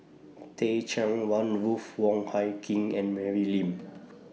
Teh Cheang Wan Ruth Wong Hie King and Mary Lim